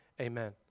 Amen